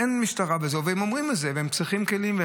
הם אומרים את זה, הם צריכים כלים.